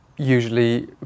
usually